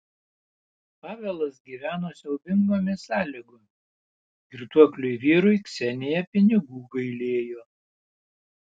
pavelas gyveno siaubingomis sąlygomis girtuokliui vyrui ksenija pinigų gailėjo